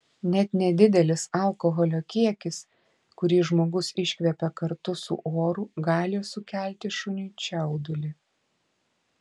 net nedidelis alkoholio kiekis kurį žmogus iškvepia kartu su oru gali sukelti šuniui čiaudulį